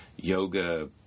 yoga